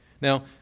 Now